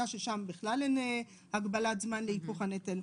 ששם בכלל אין הגבלת זמן להיפוך הנטל.